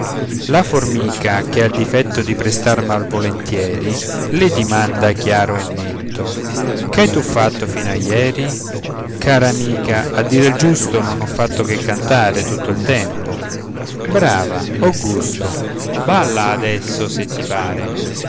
la formica che ha il difetto di prestar malvolentieri le dimanda chiaro e netto che hai tu fatto fino a ieri cara amica a dire il giusto non ho fatto che cantare tutto il tempo brava ho gusto balla adesso se ti pare